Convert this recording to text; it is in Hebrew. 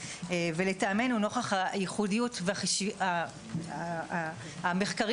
ולטעמנו נוכח הייחודיות והמחקרים